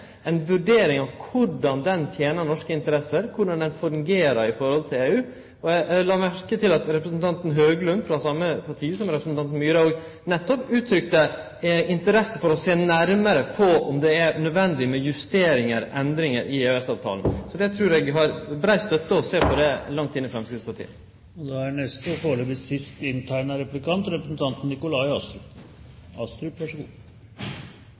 vurdering av korleis avtalen tener norske interesser, korleis han fungerer i forhold til EU. Eg la merke til at representanten Høglund, frå same parti som representanten Myhre, nettopp uttrykte interesse for å sjå nærmare på om det er nødvendig med justeringar og endringar i EØS-avtalen. Eg trur at å sjå på det har brei støtte langt inn i Framstegspartiet.